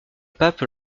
pape